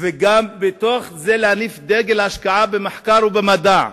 ובתוך כך להניף דגל השקעה במחקר ובמדע.